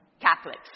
Catholics